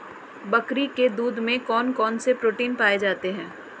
बकरी के दूध में कौन कौनसे प्रोटीन पाए जाते हैं?